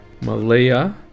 Malaya